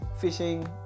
fishing